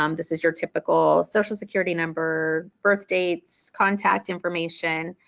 um this is your typical social security number, birth date, so contact information.